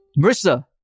Marissa